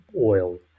oil